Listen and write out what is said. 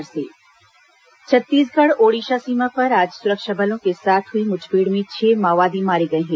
माओवादी म्ठभेड़ छत्तीसगढ़ ओडिशा सीमा पर आज सुरक्षा बलों के साथ हुई मुठभेड़ में छह माओवादी मारे गए हैं